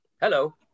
Hello